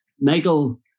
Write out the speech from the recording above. Michael